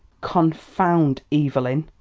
confound evelyn!